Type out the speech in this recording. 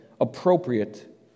appropriate